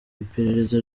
iperereza